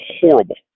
horrible